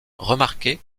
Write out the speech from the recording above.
remarquée